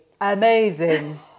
amazing